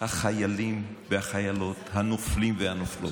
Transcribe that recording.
החיילים והחיילות, הנופלים והנופלות.